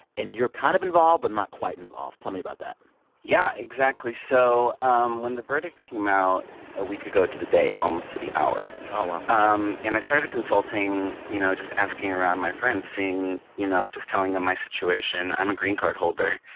and you're kind of involved, but not quite involved. tell me about that yeah, exactly. so um when the verdict came out a week ago to the day, almost to the hour um ah um and i started consulting, you know, just asking around my friends, seeing you know, just telling them my situation. i'm a green card holder.